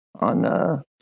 on